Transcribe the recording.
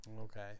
Okay